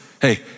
hey